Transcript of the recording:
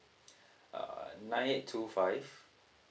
uh I nine two five